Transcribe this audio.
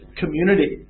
community